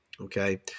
Okay